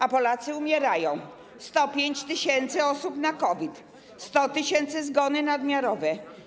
A Polacy umierają: 105 tys. osób na COVID, 100 tys. - zgony nadmiarowe.